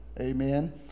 Amen